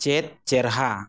ᱪᱮᱫ ᱪᱮᱨᱦᱟ